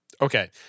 Okay